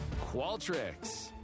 Qualtrics